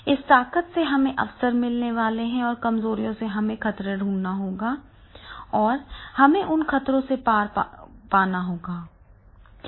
इस ताकत से हमें अवसर मिलने वाले हैं और कमजोरियों से हमें खतरों को ढूंढना है और हमें उन खतरों से पार पाना है